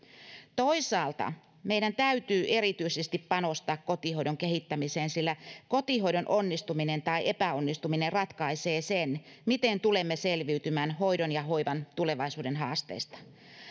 toisaalta meidän täytyy erityisesti panostaa kotihoidon kehittämiseen sillä kotihoidon onnistuminen tai epäonnistuminen ratkaisee sen miten tulemme selviytymään hoidon ja hoivan tulevaisuuden haasteista